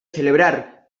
celebrar